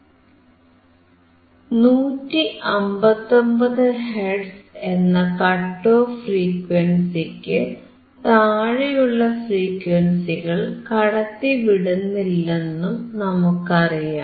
159 hertz എന്ന cut off ഫ്രീക്വൻസിക്കു താഴെയുള്ള ഫ്രീക്വൻസികൾ കടത്തിവിടുന്നില്ലെന്നും നമുക്കറിയാം